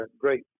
great